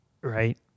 right